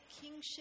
kingship